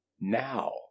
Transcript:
Now